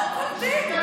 לא קולטים.